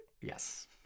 Yes